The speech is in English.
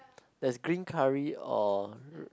there's green curry or